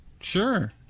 Sure